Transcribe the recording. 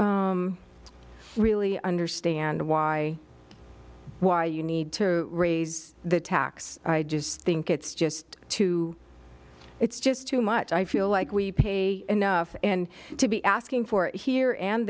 really understand why why you need to raise the tax i just think it's just too it's just too much i feel like we've enough and to be asking for it here and